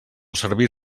servir